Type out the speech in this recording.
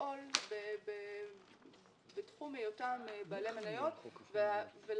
לפעול בתחום היותם בעלי מניות ולהעלות